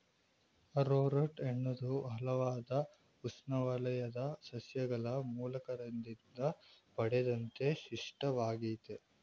arrowroot ಅನ್ನೋದು ಹಲ್ವಾರು ಉಷ್ಣವಲಯದ ಸಸ್ಯಗಳ ಮೂಲಕಾಂಡದಿಂದ ಪಡೆದಂತ ಪಿಷ್ಟವಾಗಯ್ತೆ